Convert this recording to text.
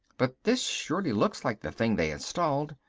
but this surely looks like the thing they installed.